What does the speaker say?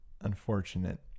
unfortunate